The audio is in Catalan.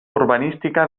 urbanística